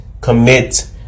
commit